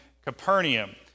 Capernaum